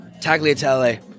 Tagliatelle